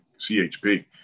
CHP